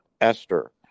Esther